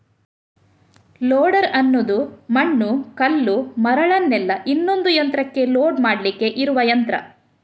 loader ಅನ್ನುದು ಮಣ್ಣು, ಕಲ್ಲು, ಮರಳನ್ನೆಲ್ಲ ಇನ್ನೊಂದು ಯಂತ್ರಕ್ಕೆ ಲೋಡ್ ಮಾಡ್ಲಿಕ್ಕೆ ಇರುವ ಯಂತ್ರ